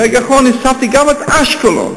ברגע האחרון הוספתי גם את אשקלון.